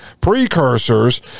precursors